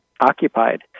occupied